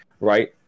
right